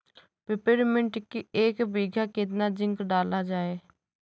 Peppermint की एक बीघा कितना जिंक डाला जाए?